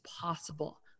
possible